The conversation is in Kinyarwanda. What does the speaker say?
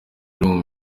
ari